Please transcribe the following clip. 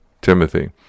Timothy